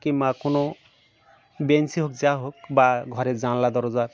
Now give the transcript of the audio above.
কিংবা কোনো বেঞ্চ হোক যা হোক বা ঘরের জানলা দরজা